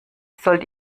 sollte